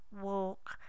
walk